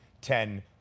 Ten